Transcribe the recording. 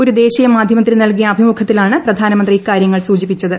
ഒരു ദേശീയ മാധ്യമത്തിന് നൽകിയു അഭിമുഖത്തിലാണ് പ്രധാനമന്ത്രി ഇക്കാര്യങ്ങൾ സൂചിപ്പിച്ചത്